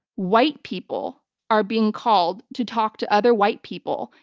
white people are being called to talk to other white people,